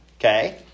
okay